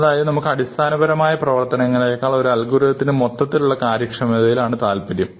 അതായത് നമുക്ക് അടിസ്ഥാനപരമായ പ്രവർത്തനങ്ങളേക്കാൾ ഒരു അൽഗോരിതത്തിന് മൊത്തത്തിലുള്ള കാര്യക്ഷമതയിൽ ആണ് താല്പര്യം